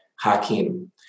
Hakim